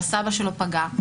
שהסבא שלו פגע,